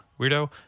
weirdo